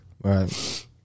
Right